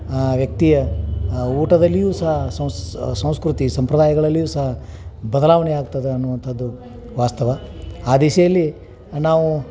ವ್ಯಕ್ತಿಯ ಊಟದಲ್ಲಿಯೂ ಸಹ ಸಂವ್ಸ್ ಸಂಸ್ಕೃತಿ ಸಂಪ್ರದಾಯಗಳಲ್ಲಿಯೂ ಸಹ ಬದಲಾವಣೆ ಆಗ್ತದೆ ಅನ್ನುವಂಥದ್ದು ವಾಸ್ತವ ಆ ದಿಶೆಯಲ್ಲಿ ನಾವು